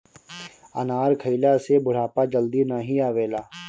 अनार खइला से बुढ़ापा जल्दी नाही आवेला